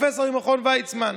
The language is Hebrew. פרופסור ממכון ויצמן,